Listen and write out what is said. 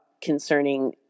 concerning